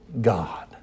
God